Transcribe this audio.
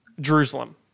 Jerusalem